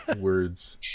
Words